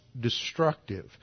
destructive